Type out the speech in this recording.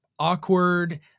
awkward